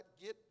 get